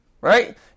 right